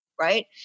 Right